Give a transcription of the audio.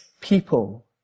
people